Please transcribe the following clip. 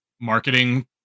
marketing